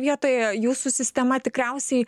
vietoje jūsų sistema tikriausiai